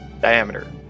diameter